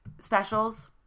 specials